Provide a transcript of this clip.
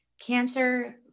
cancer